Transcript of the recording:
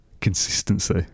consistency